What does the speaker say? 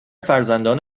فرزندان